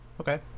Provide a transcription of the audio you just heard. Okay